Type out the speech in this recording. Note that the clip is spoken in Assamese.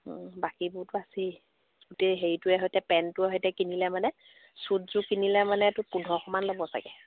বাকীবোৰতো আছেই গোটেই হেৰিটোৱে সৈতে পেণ্টটোৰে সৈতে কিনিলে মানে চুটযোৰ কিনিলে মানেতো পোন্ধৰশ মান ল'ব চাগে